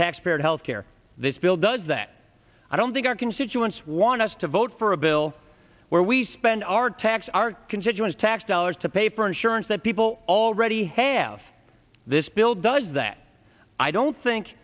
tax payer health care this bill does that i don't think our constituents want us to vote for a bill where we spend our tax our constituents tax dollars to pay for insurance that people already have this bill does that i don't think